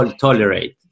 tolerate